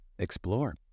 Explore